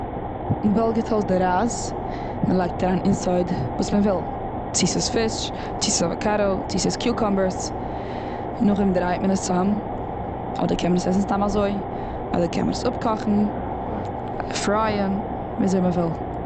מ'וועלגערט אויס די רייז און מ'לייגט אריין אינסייד וואס מ'וויל, צו ס'איז פיש, צו ס'איז אוועקאדא, צו ס'איז קיוקאמבערס. נאכדעם דרייט מען עס צאם, אדער קען מען עס עסן סתם אזוי, אדער קען מען עס אפקאכן פרייען וויאזוי מ'וויל.